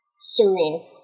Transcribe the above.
Serene